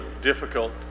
difficult